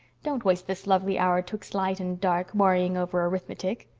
don't waste this lovely hour twixt light and dark worrying over arithmetic.